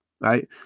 right